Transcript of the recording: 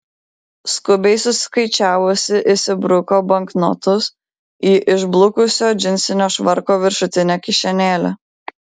skubiai suskaičiavusi įsibruko banknotus į išblukusio džinsinio švarko viršutinę kišenėlę